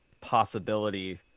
possibility